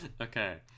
Okay